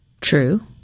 true